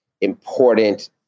important